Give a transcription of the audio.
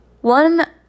One